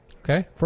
Okay